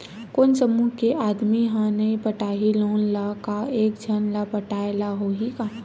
कोन समूह के आदमी हा नई पटाही लोन ला का एक झन ला पटाय ला होही का?